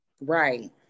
Right